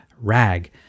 Rag